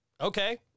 okay